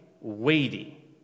weighty